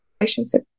relationship